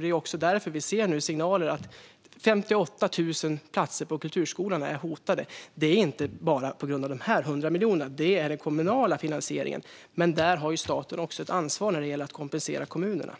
Det är därför vi ser signaler om att 58 000 platser på kulturskolan är hotade. Det är inte bara på grund av de 100 miljonerna, utan det är fråga om den kommunala finansieringen. Där har staten ett ansvar när det gäller att kompensera kommunerna.